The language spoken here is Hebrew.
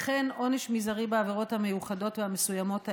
וכן עונש מזערי בעבירות המיוחדות והמסוימות האלה.